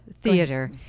Theater